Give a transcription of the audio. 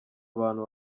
abantu